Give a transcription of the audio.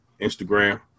Instagram